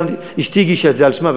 אשתי הגישה את זה על שמה,